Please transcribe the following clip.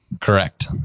Correct